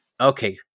Okay